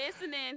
listening